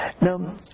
Now